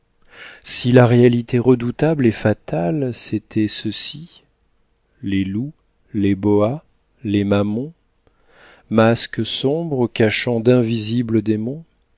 si la réalité redoutable et fatale c'était ceci les loups les boas les mammons masques sombres cachant d'invisibles démons